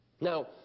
Now